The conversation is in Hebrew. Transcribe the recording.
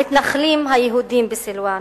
המתנחלים היהודים בסילואן,